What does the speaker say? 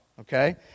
Okay